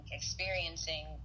experiencing